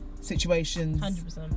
situations